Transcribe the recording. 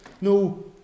no